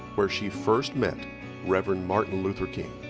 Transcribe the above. where she first met reverend martin luther king.